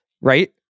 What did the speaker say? Right